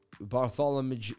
Bartholomew